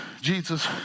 Jesus